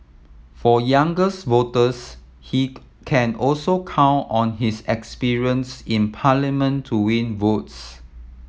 for younger voters he can also count on his experience in Parliament to win votes